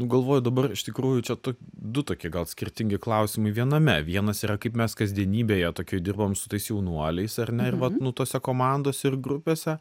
galvoju dabar iš tikrųjų čia to du tokie gal skirtingi klausimai viename vienas yra kaip mes kasdienybėje tokioj dirbam su tais jaunuoliais ar ne ir vat nu tose komandose ir grupėse